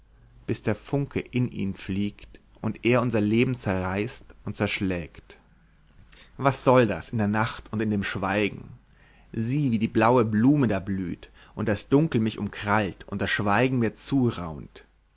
bis der funke in ihn fliegt und er unser leben zerreißt und zerschlägt was soll das in der nacht und in dem schweigen sieh wie die blaue blume da blüht und das dunkel mich umkrallt und das schweigen mir zuraunt